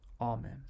Amen